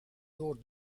door